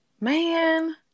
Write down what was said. man